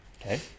okay